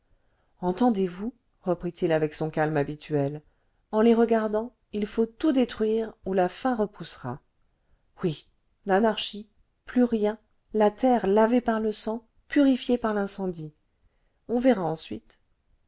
entendez-vous reprit-il avec son calme habituel en les regardant il faut tout détruire ou la faim repoussera oui l'anarchie plus rien la terre lavée par le sang purifiée par l'incendie on verra ensuite